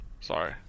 Sorry